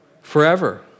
Forever